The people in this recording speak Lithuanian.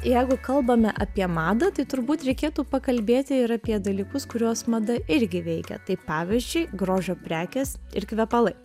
jeigu kalbame apie madą tai turbūt reikėtų pakalbėti ir apie dalykus kuriuos mada irgi veikia tai pavyzdžiui grožio prekės ir kvepalai